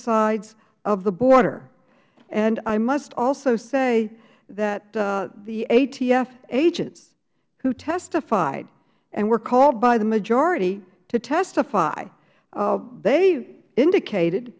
sides of the border and i must also say that the atf agents who testified and were called by the majority to testify they indicated